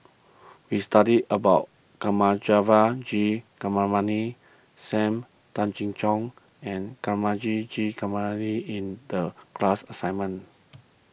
we studied about Thamizhavel G Sam Tan Chin Siong and Thamizhavel G in the class assignment